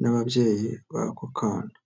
n'ababyeyi b'ako kana.